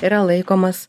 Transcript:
yra laikomas